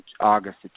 August